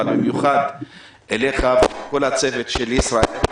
אבל במיוחד לך ולכל הצוות של ישראייר,